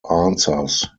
answers